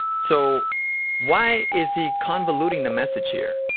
so why is he convoluting the message here?